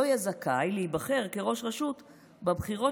לא יהיה זכאי להיבחר כראש רשות בבחירות